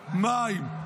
מים,